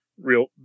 real